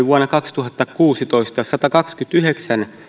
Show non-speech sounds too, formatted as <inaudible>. <unintelligible> vuonna kaksituhattakuusitoista oli satakaksikymmentäyhdeksän